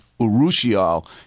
urushiol